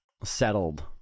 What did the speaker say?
settled